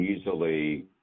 Easily